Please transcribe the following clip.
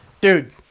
Dude